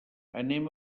anem